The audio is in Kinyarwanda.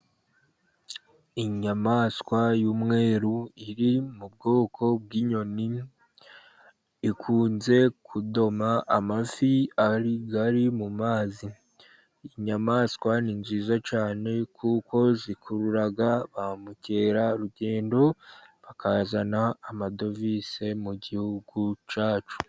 Inyamaswa y'umweru iri mu bwoko bw'inyoni ikunze kudoma amafi ari mu mazi, inyamaswa ni nziza cyane kuko zikurura ba mukerarugendo, bakazana amadovize mu gihugu cyacu.